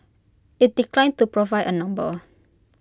IT declined to provide A number